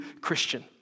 Christian